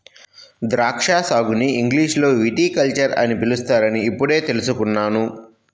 ద్రాక్షా సాగుని ఇంగ్లీషులో విటికల్చర్ అని పిలుస్తారని ఇప్పుడే తెల్సుకున్నాను